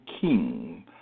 king